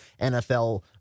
NFL